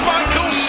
Michael